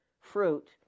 fruit